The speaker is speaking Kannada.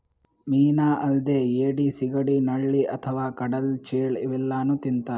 ಮೀನಾ ಅಲ್ದೆ ಏಡಿ, ಸಿಗಡಿ, ನಳ್ಳಿ ಅಥವಾ ಕಡಲ್ ಚೇಳ್ ಇವೆಲ್ಲಾನೂ ತಿಂತಾರ್